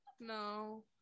no